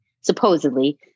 supposedly